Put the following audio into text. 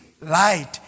light